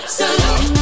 salute